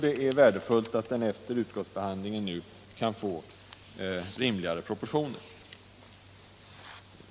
Det vore värdefullt om frågan nu efter riksdagsbehandlingen får rimligare proportioner.